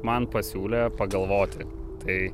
man pasiūlė pagalvoti tai